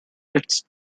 its